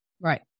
Right